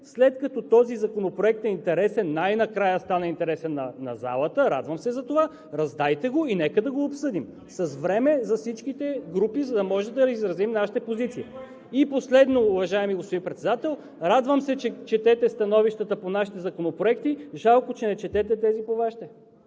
след като този законопроект е интересен, най-накрая стана интересен на залата – радвам се за това, раздайте го и нека да го обсъдим, с време за всичките групи, за да можем да изразим нашите позиции. (Реплика от ГЕРБ: „Ние не го искаме!“) И последно, уважаеми господин Председател, радвам се, че четете становищата по нашите законопроекти – жалко, че не четете тези по Вашите.